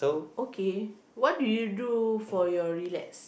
okay what do you do for your relax